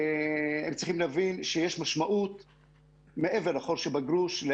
הם צריכים להבין שמעבר לחור שבגרוש יש